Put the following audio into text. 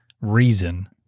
reason